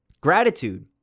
gratitude